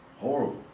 Horrible